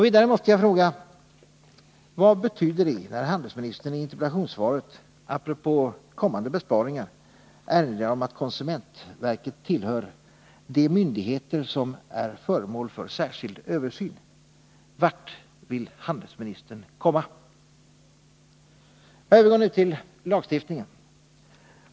Vidare måste jag fråga: Vad betyder det när handelsministern i interpellationssvaret apropå kommande besparingar erinrar om att konsumentverket tillhör de myndigheter som är föremål för särskild översyn? Vart vill handelsministern komma? Jag övergår nu till lagstiftningen.